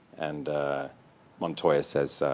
and montoya says,